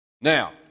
Now